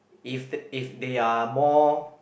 if if they are more